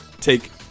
take